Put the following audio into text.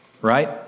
Right